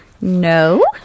no